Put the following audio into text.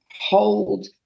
hold